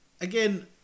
Again